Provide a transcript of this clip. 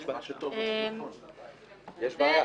יש בעיה.